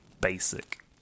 basic